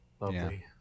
Lovely